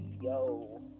Yo